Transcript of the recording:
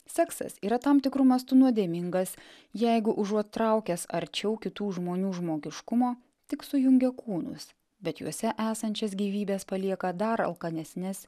seksas yra tam tikru mastu nuodėmingas jeigu užuot traukęs arčiau kitų žmonių žmogiškumo tik sujungia kūnus bet juose esančias gyvybes palieka dar alkanesnes